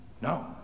No